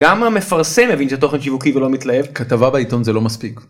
גם המפרסם הבין שתוכן שיווקי ולא מתלהב, כתבה בעיתון זה לא מספיק